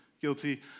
guilty